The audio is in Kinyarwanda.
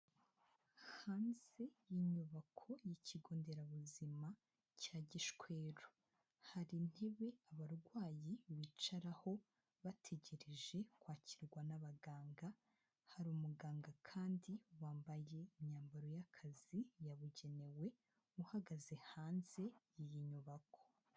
Hanze y'inyubako y'ikigo nderabuzima cya Gishweru. Hari intebe abarwayi bicaraho, bategereje kwakirwa n'abaganga, hari umuganga kandi wambaye imyambaro y'akazi yabugenewe, uhagaze hanze y'inyubako.